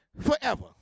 forever